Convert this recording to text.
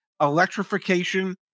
electrification